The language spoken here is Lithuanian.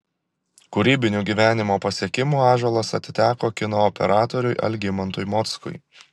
kūrybinių gyvenimo pasiekimų ąžuolas atiteko kino operatoriui algimantui mockui